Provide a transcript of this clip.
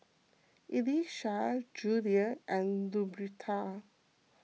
Elisha Julia and Luberta